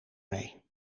mee